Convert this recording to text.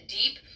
deep